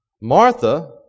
Martha